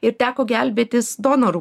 ir teko gelbėtis donorų